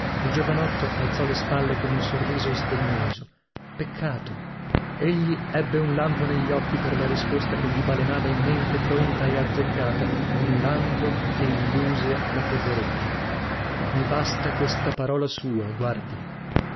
il giovanotto alzò le spalle con un sorriso sdegnoso peccato egli ebbe un lampo negli occhi per la risposta che gli balenava in mente pronta e azzeccata un lampo che illuse la poveretta mi basta questa parola sua guardi